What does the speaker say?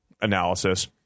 analysis